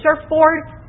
surfboard